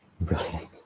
Brilliant